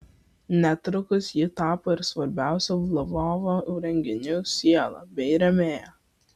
netrukus ji tapo ir svarbiausių lvovo renginių siela bei rėmėja